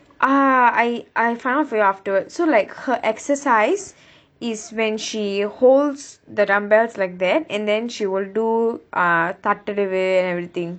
ah I I find out for you afterwards so like her exercise is when she holds the dumbbells like that and then she will do tatta adavu adavu everything